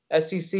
SEC